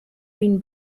been